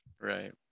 right